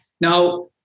Now